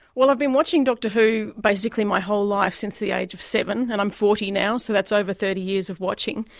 well, i've been watching doctor who basically my whole life since the age of seven, and i'm forty now so that's over thirty years of watching.